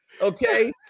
Okay